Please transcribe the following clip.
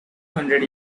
hundred